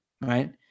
Right